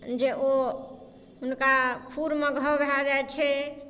जे ओ हुनका खुरमे घाव भए जाइ छै